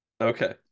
okay